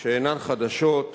שאינן חדשות,